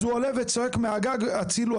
אז הוא עולה וצועק מהגג "הצילו,